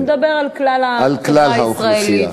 אתה מדבר על כלל החברה הישראלית,